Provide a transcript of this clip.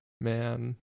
man